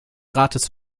rates